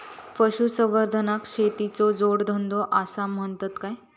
पशुसंवर्धनाक शेतीचो जोडधंदो आसा म्हणतत काय?